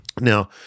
Now